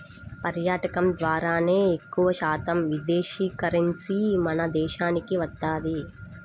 పర్యాటకం ద్వారానే ఎక్కువశాతం విదేశీ కరెన్సీ మన దేశానికి వత్తది